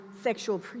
sexual